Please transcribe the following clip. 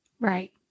Right